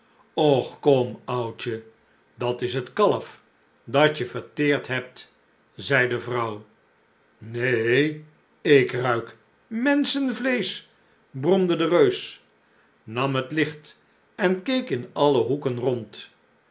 kom oudje dat is het kalf dat je verteerd hebt zei de vrouw neen ik ruik menschenvleesch bromde de reus nam het licht en keek in alle hoeken rond